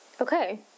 okay